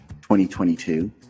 2022